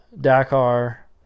Dakar